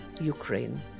Ukraine